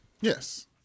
Yes